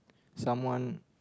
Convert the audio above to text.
someone